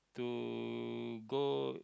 to go